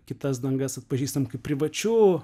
kitas dangas atpažįstam kaip privačių